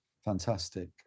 fantastic